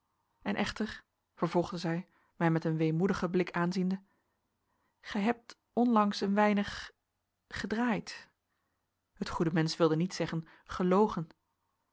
en echter vervolgde zij mij met een weemoedigen blik aanziende gij hebt onlangs een weinig gedraaid het goede mensch wilde niet zeggen gelogen